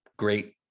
great